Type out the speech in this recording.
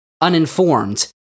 uninformed